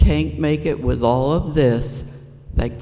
king make it with all of this like